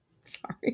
sorry